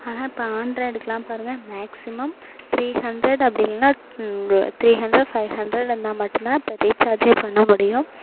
ஆனால் இப்போ ஆண்ட்ராய்டுக்கெல்லாம் பாருங்கள் மேக்சிமம் திரீ ஹண்ட்ரட் அப்படி இல்லைன்னா திரீ ஹண்ட்ரட் ஃபைவ் ஹண்ட்ரட் இருந்தால் மட்டும்தான் இப்போ ரீசார்ஜ்ஜே பண்ண முடியும்